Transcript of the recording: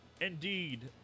indeed